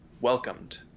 welcomed